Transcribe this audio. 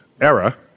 era